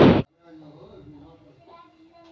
UPI भुगतान से कोई व्यवसाय करवा सकोहो ही?